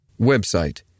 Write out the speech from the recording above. website